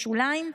בשוליים?